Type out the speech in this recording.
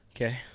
okay